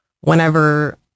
whenever